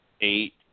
eight